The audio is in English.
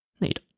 need